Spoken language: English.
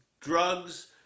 drugs